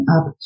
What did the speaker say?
up